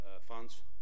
funds